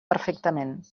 perfectament